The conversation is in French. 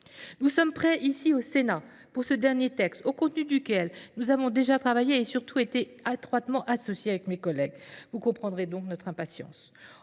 Nous sommes prêts ici au Sénat pour ce dernier texte, au contenu duquel nous avons déjà travaillé et surtout été atroitement associés avec mes collègues. Vous comprendrez donc notre impatience.